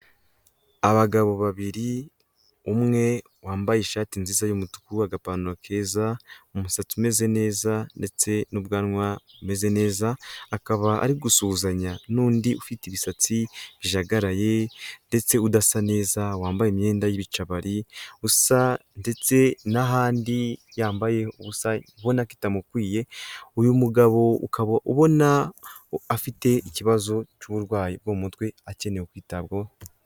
Abagabo babiri umwe wambaye ishati nziza y'umutu agapantaro keza, umusatsi umeze neza ndetse n'ubwanwa ameze neza, akaba ari gusuhuzanya n'undi ufite imisatsi ijagaraye ndetse udasa neza wambaye imyenda y'ibincabari usa ndetse n'ahandi yambaye ubusa ubona ko itamukwiye, uyu mugabo ukaba ubona afite ikibazo cy'uburwayi bwo mu mutwe akeneye kwitabwaho.